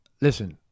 listen